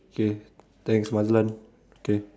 okay thanks Mazlan K